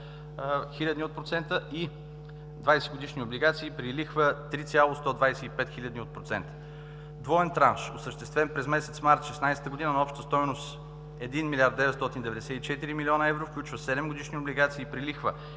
хилядни от процента и 20-годишни облигации при лихва 3,125 хилядни от процента. Двоен транш, осъществен през месец март 2016 г., на обща стойност 1 млрд. 994 млн. евро, включващ седемгодишни облигации при лихва